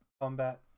combat